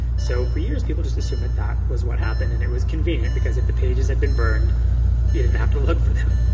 so for years people just assumed that that was what happened and it was convenient because if the pages had been burned you didn't have to look for them.